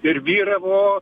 ir vyravo